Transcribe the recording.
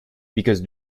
because